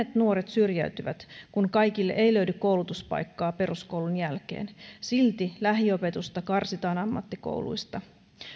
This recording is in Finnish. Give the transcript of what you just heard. nuoret syrjäytyvät kun kaikille ei löydy koulutuspaikkaa peruskoulun jälkeen silti lähiopetusta karsitaan ammattikouluista